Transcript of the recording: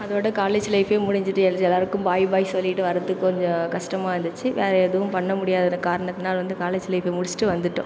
அதோட காலேஜ்ஜில் லைஃபே முடிஞ்சது எல்லாருக்கும் பாய் பாய் சொல்லிவிட்டு வரதுக்கு கொஞ்சம் கஷ்டமாக இருந்துச்சு வேறு எதுவும் பண்ண முடியாது காரணத்தினால் வந்து காலேஜ் லைஃப்பை முடிச்சிவிட்டு வந்துவிட்டோம்